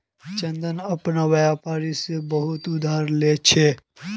चंदन अपना व्यापारी से बहुत उधार ले छे